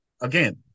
again